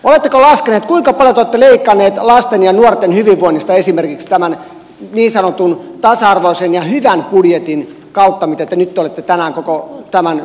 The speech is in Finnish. oletteko laskeneet kuinka paljon te olette leikanneet lasten ja nuorten hyvinvoinnista esimerkiksi tämän niin sanotun tasa arvoisen ja hyvän budjetin kautta mitä te nyt olette tänään koko tämän päivän kehuneet